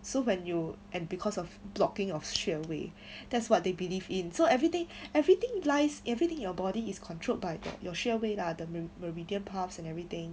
so when you and because of blocking off straight away that's what they believe in so everything everything lies everything your body is controlled by your 穴位 lah the meridian paths and everything